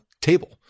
table